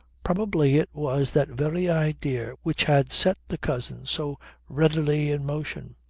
probably it was that very idea which had set the cousin so readily in motion.